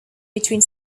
between